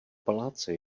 paláce